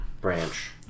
branch